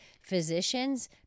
physicians